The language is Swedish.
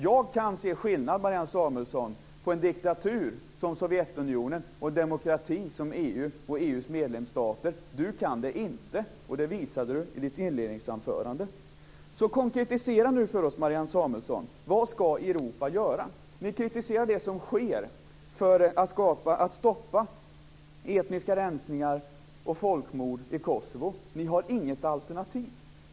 Jag kan se skillnad, Marianne Samuelsson, på diktaturer som Sovjetunionen och demokratier som EU och EU:s medlemsstater. Du kan det inte, och det visade du i ditt inledningsanförande. Så konkretisera nu för oss, Marianne Samuelsson! Vad skall Europa göra? Ni kritiserar det som sker för att stoppa etniska rensningar och folkmord i Kosovo. Ni har inget alternativ.